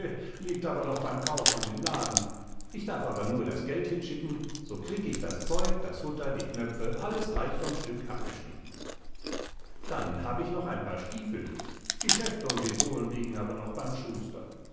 liegt aber noch beim kaufmann im laden ich darf aber nur das geld hinschicken so krieg ich das zeug das futter die knöpfe alles gleich vom stück abgeschnitten dann hab ich noch ein paar stiefeln die schäfte und die sohlen liegen aber noch beim schuster